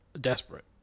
desperate